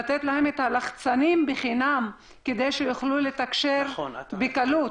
לתת להם את הלחצנים בחינם כדי שיוכלו לתקשר בקלות.